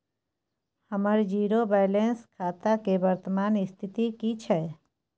हमर zero balance खाता के वर्तमान स्थिति की छै?